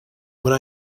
when